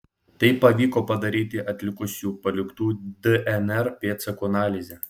tai pavyko padaryti atlikus jų paliktų dnr pėdsakų analizę